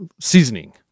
seasoning